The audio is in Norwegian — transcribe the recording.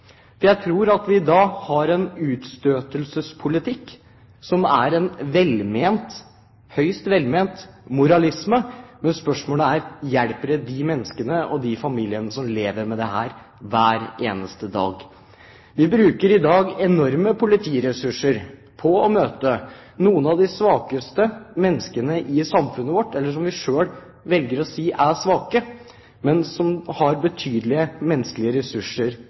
jeg tror at vi da har en utstøtelsespolitikk som er en høyst velment moralisme. Men spørsmålet er: Hjelper det de menneskene og de familiene som lever med dette hver eneste dag? Vi bruker i dag enorme politiressurser på å møte noen av de svakeste menneskene i samfunnet vårt, eller som vi selv velger å si er svake, men som har betydelige menneskelige ressurser